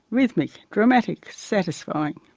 rhythmic, dramatic, satisfying,